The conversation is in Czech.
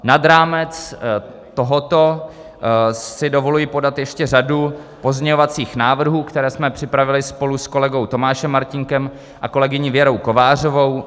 Nad rámec tohoto si dovoluji podat ještě řadu pozměňovacích návrhů, které jsme připravili spolu s kolegou Tomášem Martínkem a kolegyní Věrou Kovářovou.